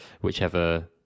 whichever